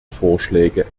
vorschläge